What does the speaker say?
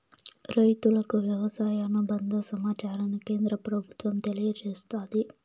రైతులకు వ్యవసాయ అనుబంద సమాచారాన్ని కేంద్ర ప్రభుత్వం తెలియచేస్తాది